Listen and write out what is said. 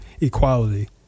equality